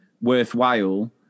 worthwhile